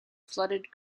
flooded